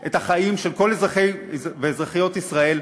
את החיים של כל אזרחי ואזרחיות ישראל,